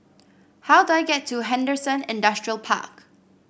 how do I get to Henderson Industrial Park